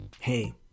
Hey